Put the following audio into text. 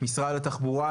משרד התחבורה,